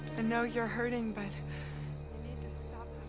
and know you're hurting but you need to stop